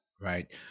Right